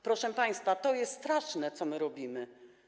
Proszę państwa, to jest straszne, co my robimy.